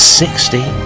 sixty